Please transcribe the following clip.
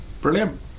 Brilliant